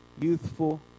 youthful